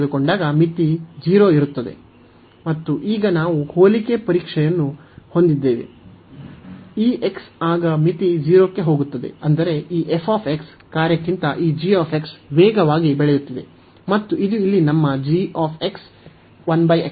ಮತ್ತು ಈಗ ನಾವು ಹೋಲಿಕೆ ಪರೀಕ್ಷೆಯನ್ನು ಹೊಂದಿದ್ದೇವೆ ಈ x ಆಗ ಮಿತಿ 0 ಕ್ಕೆ ಹೋಗುತ್ತದೆ ಅಂದರೆ ಈ f ಕಾರ್ಯಕ್ಕಿಂತ ಈ g ವೇಗವಾಗಿ ಬೆಳೆಯುತ್ತಿದೆ ಮತ್ತು ಇದು ಇಲ್ಲಿ ನಮ್ಮ g